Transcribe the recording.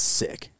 sick